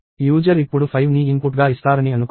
user ఇప్పుడు 5ని ఇన్పుట్గా ఇస్తారని అనుకుందాం